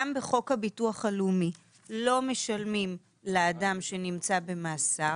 גם בחוק הביטוח הלאומי לא משלמים לאדם שנמצא במאסר,